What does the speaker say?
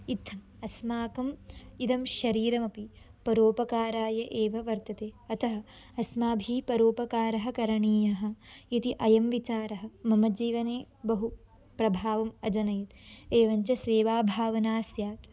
इत्थम् अस्माकम् इदं शरीरमपि परोपकाराय एव वर्तते अतः अस्माभि परोपकारः करणीयः इति अयं विचारः मम जीवने बहु प्रभावम् अजनयत् एवञ्च सेवा भावना स्यात्